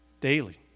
Daily